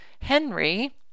Henry